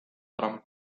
trump